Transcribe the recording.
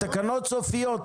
התקנות סופיות.